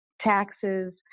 taxes